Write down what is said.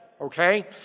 okay